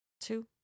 Two